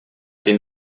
den